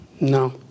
No